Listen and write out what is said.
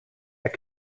that